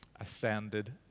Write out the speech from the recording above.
ascended